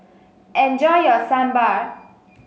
enjoy your Sambar